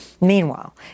Meanwhile